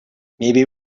maybe